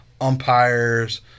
umpires